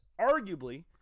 arguably